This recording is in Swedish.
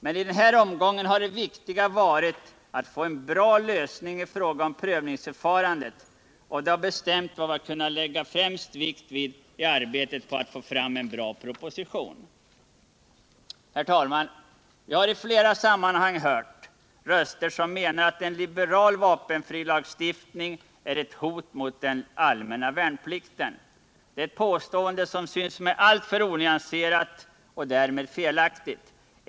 Men i denna omgång har det viktiga varit att få en bra lösning i fråga om prövningsförfarandet, och detta har bestämt vad vi kunnat lägga främst vikt vid i arbetet på att få fram en bra proposition. Herr talman! Jag har i flera sammanhang hört röster som menar att en liberal vapenfrilagstiftning är ett hot mot den allmänna värnplikten. Det är ett påstående som synes mig alltför onyanserat och därmed felaktigt.